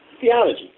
Theology